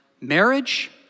marriage